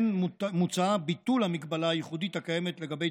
כן מוצע ביטול המגבלה הייחודית הקיימת לגבי